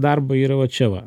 darbo yra va čia va